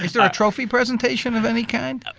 there a trophy presentation of any kind?